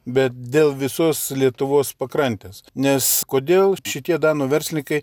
bet dėl visos lietuvos pakrantės nes kodėl šitie danų verslininkai